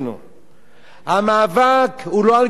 המאבק הוא לא על גיוס חרדים לצה"ל.